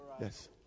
Yes